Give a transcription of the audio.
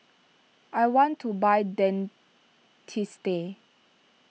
I want to buy Dentiste